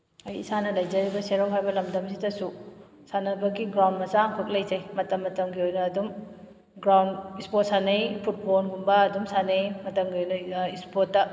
ꯑꯩ ꯏꯁꯥꯅ ꯂꯩꯖꯔꯤꯕ ꯁꯦꯔꯧ ꯍꯥꯏꯕ ꯂꯝꯗꯝꯁꯤꯗꯁꯨ ꯁꯥꯟꯅꯕꯒꯤ ꯒ꯭ꯔꯥꯎꯟ ꯃꯆꯥ ꯑꯃꯈꯛ ꯂꯩꯖꯩ ꯃꯇꯝ ꯃꯇꯝꯒꯤ ꯑꯣꯏꯅ ꯑꯗꯨꯝ ꯒ꯭ꯔꯥꯎꯟ ꯁ꯭ꯄꯣꯔꯠ ꯁꯥꯟꯅꯩ ꯐꯨꯠꯕꯣꯜꯒꯨꯝꯕ ꯑꯗꯨꯝ ꯁꯥꯟꯅꯩ ꯃꯇꯝꯒꯤ ꯑꯣꯏꯅ ꯁ꯭ꯄꯣꯔꯠꯇ